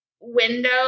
window